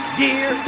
year